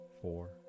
Four